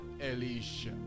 Elisha